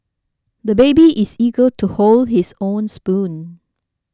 the baby is eager to hold his own spoon